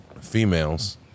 females